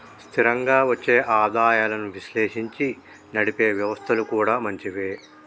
స్థిరంగా వచ్చే ఆదాయాలను విశ్లేషించి నడిపే వ్యవస్థలు కూడా మంచివే